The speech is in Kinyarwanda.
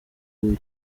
huye